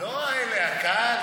לא אלה, הקהל.